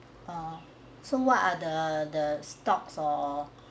err so what are the stocks or